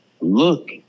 look